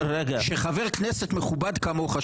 היות שזאת הצעת החוק,